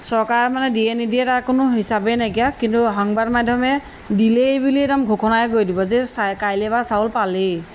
চৰকাৰে মানে দিয়ে নিদিয়ে তাৰ কোনো হিচাপেই নাইকিয়া কিন্তু সংবাদ মাধ্যমে দিলেই বুলি একদম ঘোষণাই কৰি দিব যে চাই কাইলৈ বা চাউল পালেই